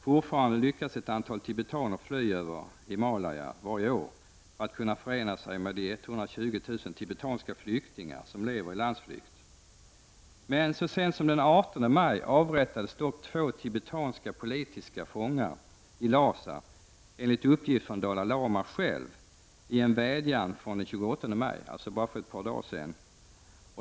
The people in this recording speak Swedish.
Fortfarande lyckas ett antal tibetaner fly över Himalaya varje år för att kunna förena sig med de 120 000 tibetanska flyktingar som lever i landsflykt. Så sent som den 18 maj avrättades två tibetanska politiska fångar i Lhasa enligt uppgift från Dalai Lama själv i en vädjan från den 28 maj i år — alltså för bara ett par dagar sedan.